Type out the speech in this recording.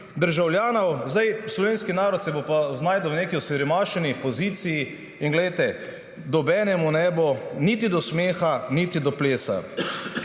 državljanov, slovenski narod se bo pa znašel v neki osiromašeni poziciji. In glejte, nobenemu ne bo niti do smeha niti do plesa.